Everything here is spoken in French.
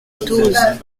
douze